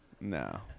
No